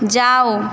যাও